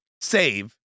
save